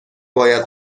باید